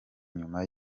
nyuma